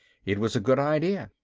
it was a good idea.